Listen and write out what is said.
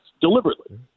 deliberately